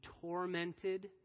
tormented